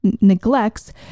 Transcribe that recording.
neglects